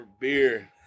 beer